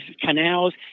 canals